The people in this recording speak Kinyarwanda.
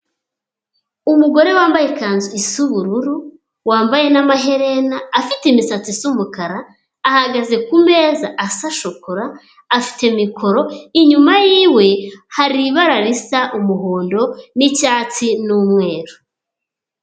Umugore wambaye ikanzu isa ubururu, wambaye n'amaherena, afite imisatsi isa umukara, ahagaze ku meza asa shokora, afite mikoro, inyuma yiwe hari ibara risa umuhondo n'icyatsi n'umweru.